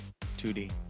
2d